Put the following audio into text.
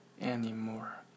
anymore